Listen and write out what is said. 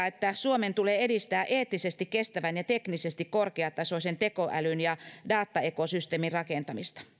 että suomen tulee edistää eettisesti kestävän ja teknisesti korkeatasoisen tekoälyn ja dataekosysteemin rakentamista